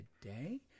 today